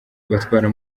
batwara